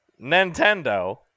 Nintendo